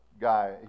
guy